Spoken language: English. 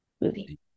movie